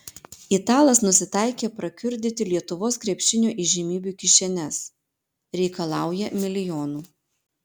italas nusitaikė prakiurdyti lietuvos krepšinio įžymybių kišenes reikalauja milijonų